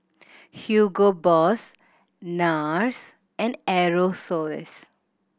Hugo Boss Nars and Aerosoles